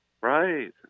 Right